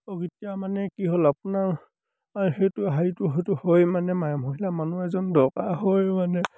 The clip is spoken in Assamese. অবিদ্য়া মানে কি হ'ল আপোনাৰ সেইটো হাৰিটো সেইটো হয়ে মানে মহিলা মানুহ এজন দৰকাৰ হয় মানে